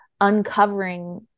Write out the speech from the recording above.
uncovering